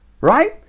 right